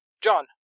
John